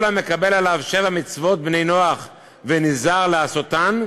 כל המקבל עליו שבע מצוות בני נח ונזהר לעשותן,